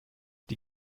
die